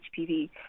HPV